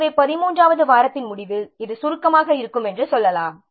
எனவே 13 வது வாரத்தின் முடிவில் இது சுருக்கமாக இருக்கும் என்று சொல்லலாம்